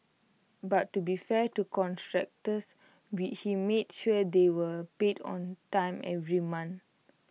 but to be fair to contractors we he made sure they were paid on time every month